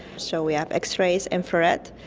so we have x-rays, infrared,